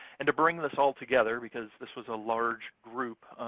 and to bring this all together, because this was a large group,